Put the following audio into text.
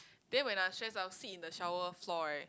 then when I'm stress I will sit in the shower floor right